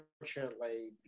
unfortunately